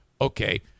Okay